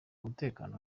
umutekano